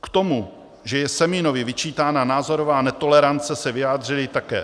K tomu, že je Semínovi vyčítána názorová netolerance, se vyjadřuji také.